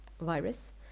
virus